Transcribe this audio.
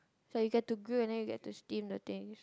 so you get to grill and then you get to steam the thing